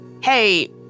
hey